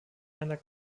einer